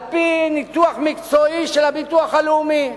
על-פי ניתוח מקצועי של הביטוח הלאומי,